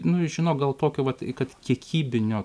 nu žinok gal tokio vat kad kiekybinio